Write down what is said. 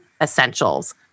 Essentials